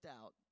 out